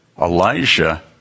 Elijah